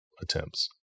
attempts